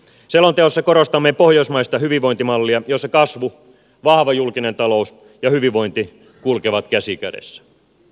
selonteossa korostamme pohjoismaista hyvinvointimallia jossa kasvu vahva julkinen talous ja hyvinvointi kulkevat käsi kädessä